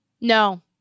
no